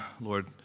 Lord